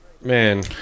man